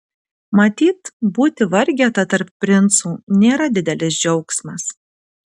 matyt būti vargeta tarp princų nėra didelis džiaugsmas